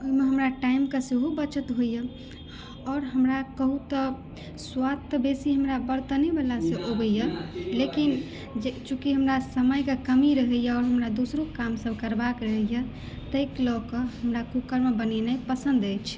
ओना हमरा टाइम के सेहो बचत होइया आओर हमरा कहु तऽ स्वाद तऽ बेसी हमरा बर्तने वाला सॅं अबैया लेकिन चुँकि हमरा समयके कमी रहैया हमरा दोसरो काम सभ करबाक रहैया ताहिके लऽ कऽ हमरा कुकर मे बनेनाइ पसन्द अछि